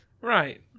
Right